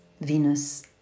Venus